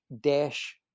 dash